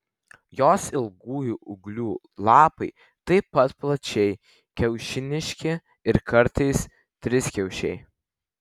jos ilgųjų ūglių lapai taip pat plačiai kiaušiniški ir kartais triskiaučiai